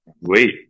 Wait